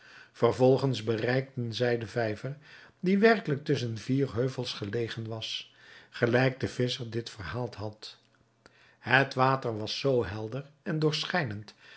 vervolgens bereikten zij den vijver die werkelijk tusschen vier heuvels gelegen was gelijk de visscher dit verhaald had het water was zoo helder en doorschijnend